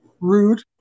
Rude